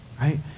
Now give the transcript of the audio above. right